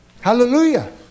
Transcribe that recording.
Hallelujah